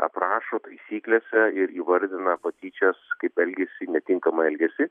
aprašo taisyklėse ir įvardina patyčias kaip elgesį netinkamą elgesį